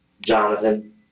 Jonathan